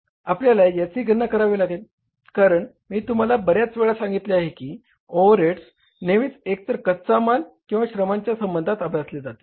आपल्याला याची गणना करावी लागेल कारण मी तुम्हाला बर्याच वेळा सांगितले आहे की ओव्हरहेड नेहमीच एकतर कच्चा माल किंवा श्रमांच्या संबंधात अभ्यासले जाते